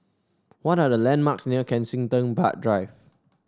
what are the landmarks near Kensington Park Drive